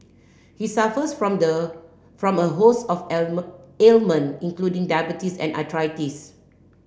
he suffers from the from a host of ailment including diabetes and arthritis